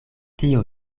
tio